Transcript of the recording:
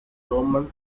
roman